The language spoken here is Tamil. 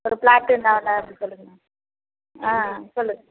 ஒரு பிளாட்டு என்ன வெலை அப்படி சொல்லுங்கள் ஆ சொல்லுங்கள்